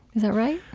that right?